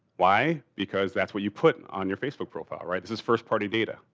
why? because that's what you put on your facebook profile, right? this is first party data,